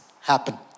happen